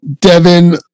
Devin